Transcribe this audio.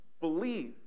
believe